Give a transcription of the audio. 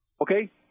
okay